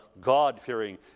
God-fearing